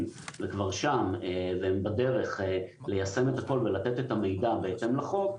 וכבר שם והם בדרך ליישם את הכל ולתת את המידע בהתאם לחוק,